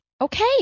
okay